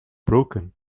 broken